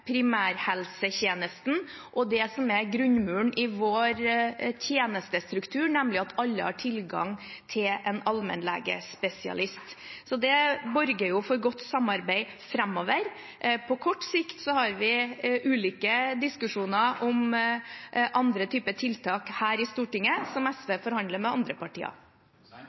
primærhelsetjenesten og det som er grunnmuren i vår tjenestestruktur, nemlig at alle har tilgang til en allmennlegespesialist. Det borger for godt samarbeid framover. På kort sikt har vi ulike diskusjoner om andre typer tiltak her i Stortinget, som SV forhandler med andre partier